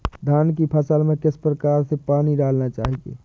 धान की फसल में किस प्रकार से पानी डालना चाहिए?